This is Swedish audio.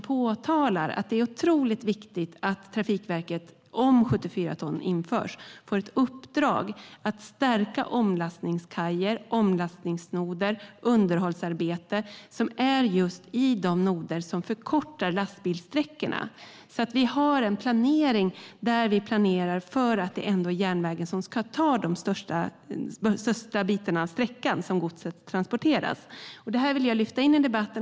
De säger att det är otroligt viktigt att Trafikverket om 74 ton införs får ett uppdrag att stärka omlastningskajer, omlastningsnoder och underhållsarbete i de noder som förkortar lastbilssträckorna. Vi ska ha en planering där vi planerar för att det ändå är järnvägen som ska ta de största bitarna av sträckan som godset transporteras. Jag vill lyfta in det i debatten.